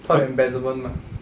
got embezzlement 吗